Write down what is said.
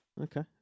Okay